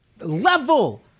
level